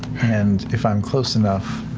and if i'm close enough,